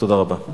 תודה רבה.